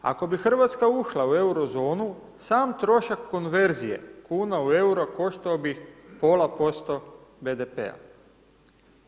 Ako bi RH ušla u Eurozonu, sam trošak konverzije kuna u euro koštao bi pola posto BDP-a.